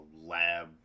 lab